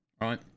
Right